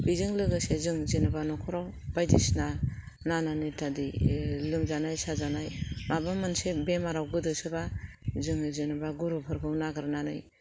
बेजों लोगोसे जों जेनेबा न'खराव बायदिसिना नानानिथा दै लोमजानाय साजानाय माबा मोनसे बेमाराव गोदोसोबा जों जेनेबा गुरुफोरखौ नागेरनानै